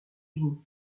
unies